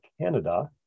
Canada